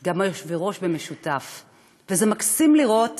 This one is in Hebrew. גם יושבי-הראש-במשותף שלה, וזה מקסים לראות